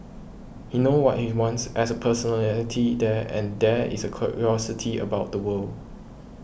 he knows what he wants as a personality there and there is a curiosity about the world